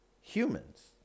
humans